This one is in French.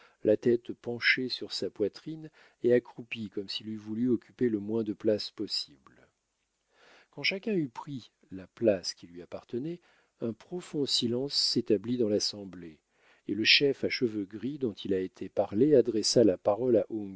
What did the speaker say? la tête penchée sur sa poitrine et accroupi comme s'il eût voulu occuper le moins de place possible quand chacun eut pris la place qui lui appartenait un profond silence s'établit dans l'assemblée et le chef à cheveux gris dont il a été parlé adressa la parole à